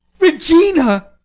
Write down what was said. regina!